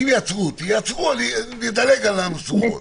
אם יעצרו אותי יעצרו, אני אדלג על המשוכות.